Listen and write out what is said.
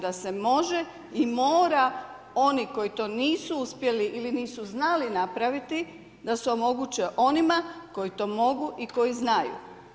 Da se može i mora, oni koji to nisu uspjeli ili nisu znali napraviti, da se omogući to onima koji to mogu i koji znaju.